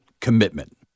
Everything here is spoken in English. commitment